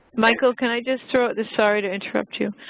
michael, can i just throw sorry to interrupt you.